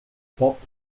pop